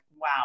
Wow